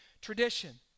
tradition